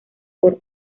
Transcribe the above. por